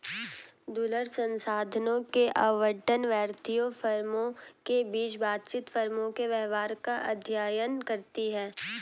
दुर्लभ संसाधनों के आवंटन, व्यक्तियों, फर्मों के बीच बातचीत, फर्मों के व्यवहार का अध्ययन करती है